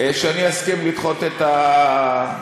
שאני אסכים לדחות את ההצבעה,